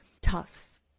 tough